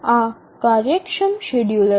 આ કાર્યક્ષમ શેડ્યૂલર છે